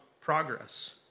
progress